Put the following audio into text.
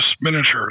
miniatures